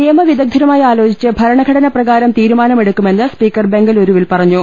നിയമവിദദ്ധരുമായി ആലോചിച്ച് ഭര ണഘടന പ്രകാരം തീരുമാനമെടുക്കുമെന്ന് സ്പീക്കർ ബംഗലൂരു വിൽ പറഞ്ഞു